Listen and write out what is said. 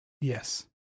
Yes